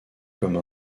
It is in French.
comme